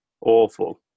awful